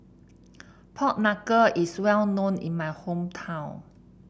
Pork Knuckle is well known in my hometown